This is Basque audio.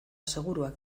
seguruak